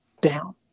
down